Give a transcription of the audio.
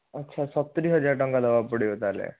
ଆଚ୍ଛା ସତୁରି ହଜାର ଟଙ୍କା ଦେବାକୁ ପଡ଼ିବ ତା'ହେଲେ